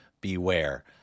Beware